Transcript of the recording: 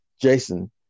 Jason